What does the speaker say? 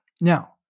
now